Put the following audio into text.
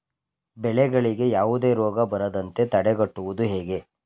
ಬೆಳೆಗಳಿಗೆ ಯಾವುದೇ ರೋಗ ಬರದಂತೆ ತಡೆಗಟ್ಟುವುದು ಹೇಗೆ?